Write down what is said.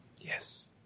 Yes